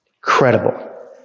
credible